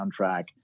soundtrack